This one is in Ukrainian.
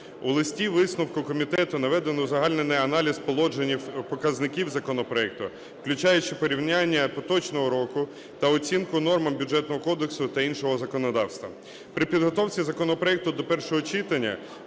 У листі висновку комітету наведено узагальнений аналіз положень і показників законопроекту, включаючи порівняння поточного року та оцінку норм Бюджетного кодексу та іншого законодавства. При підготовці законопроекту до першого читання